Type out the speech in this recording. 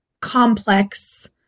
complex